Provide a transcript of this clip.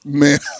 man